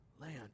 land